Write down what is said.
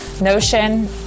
notion